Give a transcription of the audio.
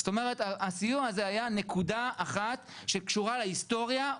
זאת אומרת הסיוע הזה היה נקודה אחת שקשורה להיסטוריה,